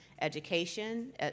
education